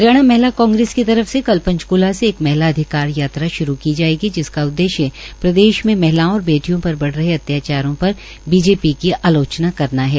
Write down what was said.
हरियाणा महिला कांग्रेस की तर फ से कल पंचकला से एक महिला अधिकार यात्रा श्रू की जायेगी जिसका उद्देश्य प्रदेश में महिलाओं और बेटियों पर बढ़ रहे अत्याचारों पर बीजेपी की आलोचना करना है